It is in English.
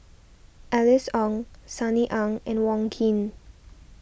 Alice Ong Sunny Ang and Wong Keen